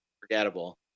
Forgettable